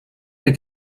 der